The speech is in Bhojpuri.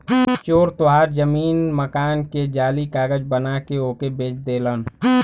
चोर तोहार जमीन मकान के जाली कागज बना के ओके बेच देलन